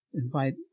invite